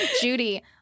Judy